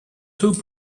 two